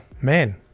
Man